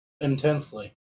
intensely